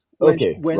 Okay